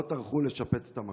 לא טרחו לשפץ את המקום.